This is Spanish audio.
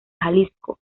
jalisco